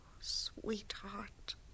sweetheart